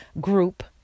group